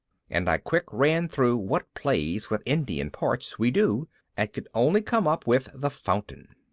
and i quick ran through what plays with indian parts we do and could only come up with the fountain.